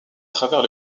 travers